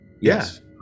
yes